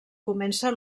comença